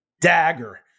Dagger